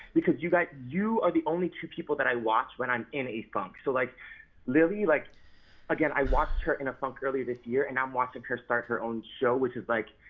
because you guys, you are the only two people that i watch when i'm in a funk. so like lilly, like again i watched her in a funk earlier this year, and i'm watching her start her own show, which is like,